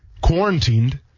quarantined